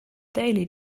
daily